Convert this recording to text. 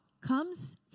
comes